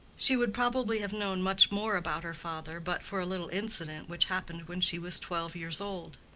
she would probably have known much more about her father but for a little incident which happened when she was twelve years old.